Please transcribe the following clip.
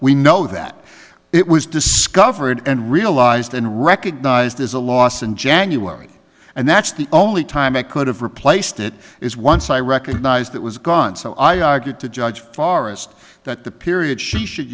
we know that it was discovered and realized and recognized as a loss in january and that's the only time it could have replaced it is once i recognized it was gone so i argued to judge forrest that the period she should